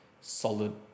solid